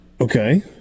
Okay